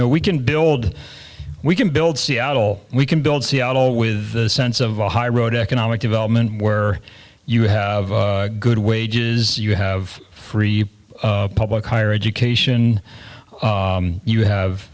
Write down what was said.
know we can build we can build seattle we can build seattle with the sense of the high road economic development where you have good wages you have free public higher education you have